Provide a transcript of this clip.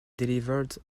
delivered